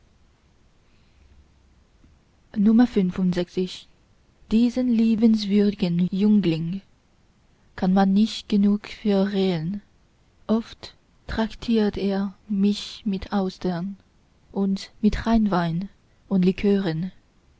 diesen liebenswürdgen jüngling kann man nicht genug verehren oft traktiert er mich mit austern und mit rheinwein und likören